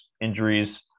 injuries